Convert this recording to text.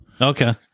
Okay